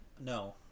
No